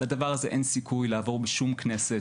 לדבר הזה אין סיכוי לעבור בשום כנסת.